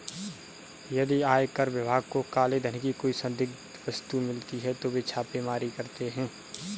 यदि आयकर विभाग को काले धन की कोई संदिग्ध वस्तु मिलती है तो वे छापेमारी करते हैं